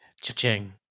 Cha-ching